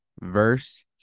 verse